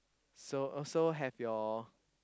so also have your